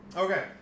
okay